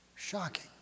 Shocking